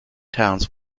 towns